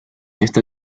esta